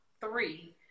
three